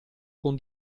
con